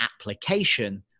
application